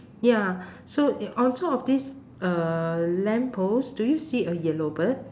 ya so uh on top of this uh lamppost do you see a yellow bird